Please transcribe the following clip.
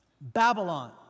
Babylon